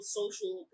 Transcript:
social